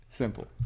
Simple